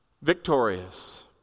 Victorious